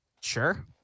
Sure